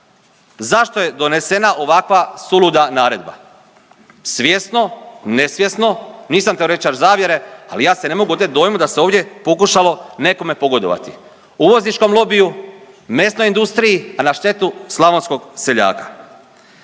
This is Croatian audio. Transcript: Zašto je donesena ovakva suluda naredba? Svjesno, nesvjesno, nisam teoretičar zavjere ali ja se ne mogu otet dojmu da se ovdje pokušalo nekome pogodovati – uvozničkom lobiju, mesnoj industriji, a na štetu slavonskog seljaka.